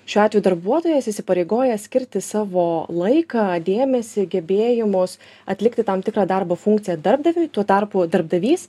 šiuo atveju darbuotojas įsipareigoja skirti savo laiką dėmesį gebėjimus atlikti tam tikrą darbo funkciją darbdaviui tuo tarpu darbdavys